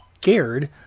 scared